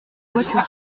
voitures